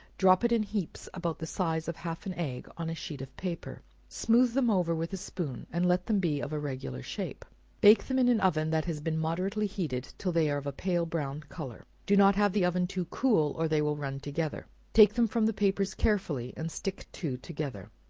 drop it in heaps about the size of half an egg on a sheet of paper smooth them over with a spoon, and let them be of a regular shape bake them in an oven that has been moderately heated, till they are of a pale brown color do not have the oven too cool, or they will run together take them from the papers carefully, and stick two together.